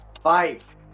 Five